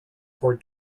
for